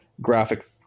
graphic –